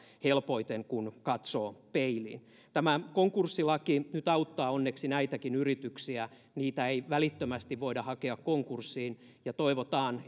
helpoiten kun katsoo peiliin tämä konkurssilaki nyt auttaa onneksi näitäkin yrityksiä niitä ei välittömästi voida hakea konkurssiin toivotaan